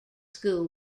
school